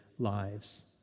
lives